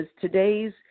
today's